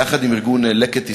יחד עם ארגון "לקט ישראל",